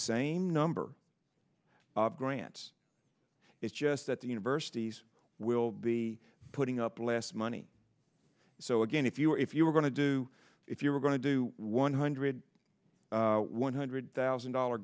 same number of grants it's just that the universities will be putting up less money so again if you're if you were going to do if you were going to do one hundred one hundred thousand dollar